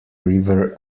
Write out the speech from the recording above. river